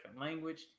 language